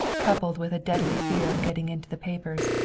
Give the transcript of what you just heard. coupled with a deadly fear of getting into the papers,